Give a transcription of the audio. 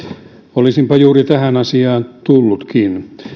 olisin juuri tähän asiaan tullutkin